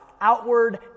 outward